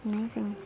Amazing